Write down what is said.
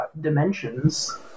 dimensions